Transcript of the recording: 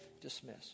dismiss